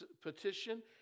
petition